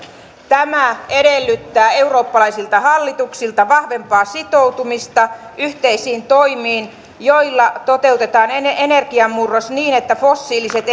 tämä edellyttää eurooppalaisilta hallituksilta vahvempaa sitoutumista yhteisiin toimiin joilla toteutetaan energiamurros niin että fossiiliset